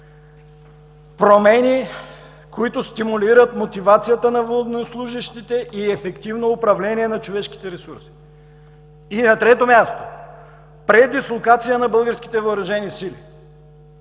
промени, които стимулират мотивацията на военнослужещите, и ефективно управление на човешките ресурси; и на трето място, предислокация на българските въоръжени сили,